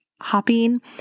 hopping